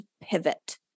pivot